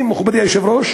מעימותים, מכובדי היושב-ראש,